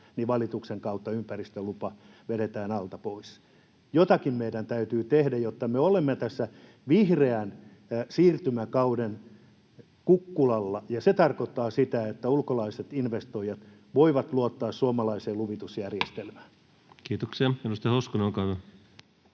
ja valituksen kautta ympäristölupa vedetään alta pois. Jotakin meidän täytyy tehdä, jotta me olisimme tämän vihreän siirtymäkauden kukkulalla. Ja se tarkoittaa sitä, että ulkolaiset investoijat voivat luottaa suomalaiseen luvitusjärjestelmään. Kiitoksia. — Edustaja Hoskonen, olkaa hyvä.